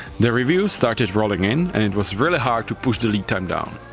the reviews started rolling in and it was really hard to push the lead time down.